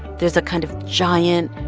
there's a kind of giant,